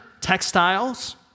textiles